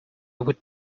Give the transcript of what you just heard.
would